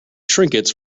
trinkets